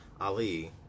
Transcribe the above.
Ali